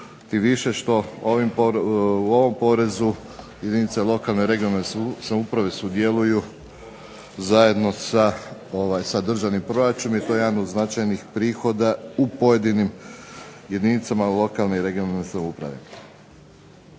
tim više što u ovom porezu jedinice lokalne, regionalne samouprave sudjeluju zajedno sa državnim proračunom i to je jedan od značajnih prihoda u pojedinim jedinicama lokalne i regionalne samouprave.